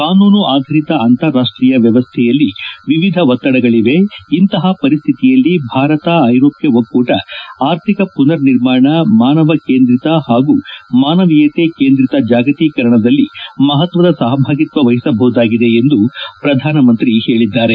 ಕಾನೂನು ಆಧಾರಿತ ಅಂತಾರಾಷ್ಲಿಯ ವ್ಲವಸ್ಗೆಯಲ್ಲಿ ವಿವಿಧ ಒತ್ತಡಗಳವೆ ಇಂತಪ ಪರಿಸ್ತಿತಿಯಲ್ಲಿ ಭಾರತ ಐರೋಷ್ಣ ಒಕ್ಕೂಟ ಆರ್ಥಿಕ ಪುನರ್ ನಿರ್ಮಾಣ ಮಾನವ ಕೇಂದ್ರಿತ ಹಾಗೂ ಮಾನವೀಯತೆ ಕೇಂದ್ರಿತ ಜಾಗತೀಕರಣದಲ್ಲಿ ಮಹತ್ವದ ಸಹಭಾಗಿತ್ವ ವಹಿಸಬಹುದಾಗಿದೆ ಎಂದು ಹೇಳಿದ್ದಾರೆ